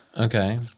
Okay